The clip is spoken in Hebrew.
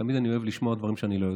תמיד אני אוהב לשמוע דברים שאני לא יודע.